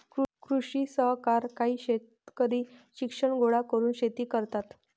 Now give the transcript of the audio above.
कृषी सहकार काही शेतकरी शिक्षण गोळा करून शेती करतात